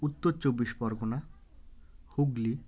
Uttar Chabbish Pargana Hooghly